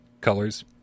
colors